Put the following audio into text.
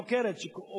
דברי חוקרת שאומרת,